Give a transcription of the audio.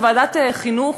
ועדת החינוך,